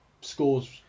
scores